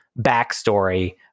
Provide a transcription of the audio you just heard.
backstory